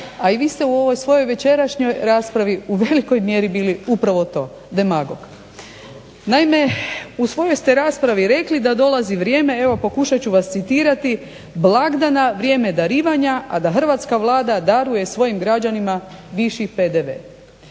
a i vi ste u ovoj svojoj večerašnjoj raspravi u velikoj mjeri bili upravo to, demagog. Naime, u svojoj ste raspravi rekli da dolazi vrijeme evo pokušat ću vas citirati, blagdana, vrijeme darivanja, a da hrvatska Vlada daruje svojim građanima viši PDV.